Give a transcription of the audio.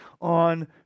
on